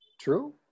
True